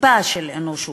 טיפה של אנושיות.